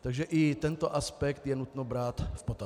Takže i tento aspekt je nutno brát v potaz.